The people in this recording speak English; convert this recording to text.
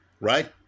Right